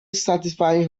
satisfying